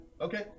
Okay